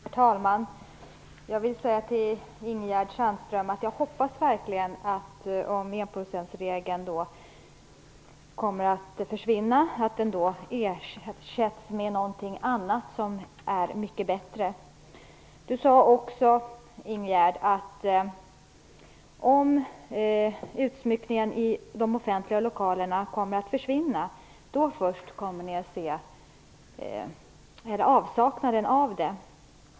Herr talman! Jag vill till Ingegerd Sahlström säga att jag verkligen hoppas att enprocentsregeln, om den kommer att försvinna, ersätts med något annat som är mycket bättre. Ingegerd Sahlström sade att vi kommer att märka avsaknaden av utsmyckning i de offentliga lokalerna först om den kommer att försvinna.